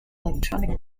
electronic